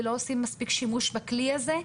ולא עושים מספיק שימוש בכלי הזה.